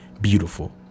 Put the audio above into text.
beautiful